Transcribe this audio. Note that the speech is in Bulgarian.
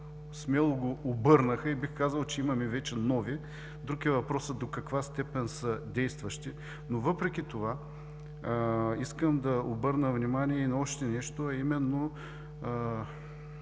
смело го обърнаха и, бих казал, че имаме вече нови, друг е въпросът до каква степен са действащи. Искам да обърна внимание и на още нещо, а именно: